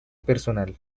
personal